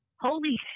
holy